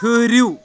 ٹھٕہرِو